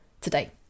today